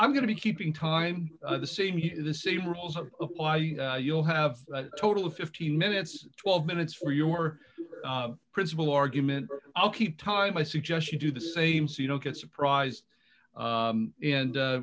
i'm going to be keeping time at the same he the same rules apply you'll have a total of fifteen minutes twelve minutes for your principal argument i'll keep time i suggest you do the same so you don't get surprised and